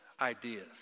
ideas